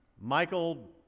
Michael